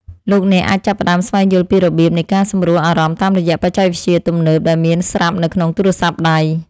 លោកអ្នកអាចចាប់ផ្តើមស្វែងយល់ពីរបៀបនៃការសម្រួលអារម្មណ៍តាមរយៈបច្ចេកវិទ្យាទំនើបដែលមានស្រាប់នៅក្នុងទូរសព្ទដៃ។